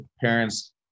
parents